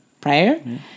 prayer